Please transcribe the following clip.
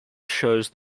shows